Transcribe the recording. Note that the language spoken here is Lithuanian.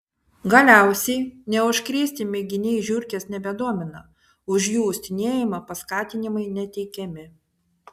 galiausiai neužkrėsti mėginiai žiurkės nebedomina už jų uostinėjimą paskatinimai neteikiami